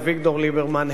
אביגדור ליברמן,